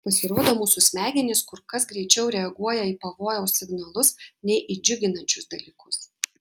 pasirodo mūsų smegenys kur kas greičiau reaguoja į pavojaus signalus nei į džiuginančius dalykus